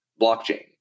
blockchain